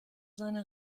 seine